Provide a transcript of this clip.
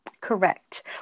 correct